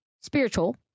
spiritual